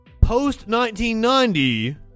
Post-1990